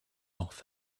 off